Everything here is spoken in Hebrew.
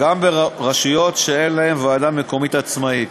גם ברשויות שאין להן ועדה מקומית עצמאית.